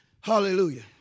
Hallelujah